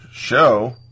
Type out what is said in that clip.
show